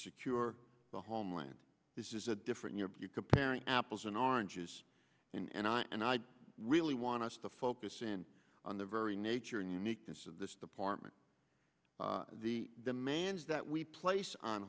secure the homeland this is a different you know you comparing apples and oranges and i and i really want us to focus in on the very nature and uniqueness of this department the demands that we place on